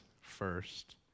first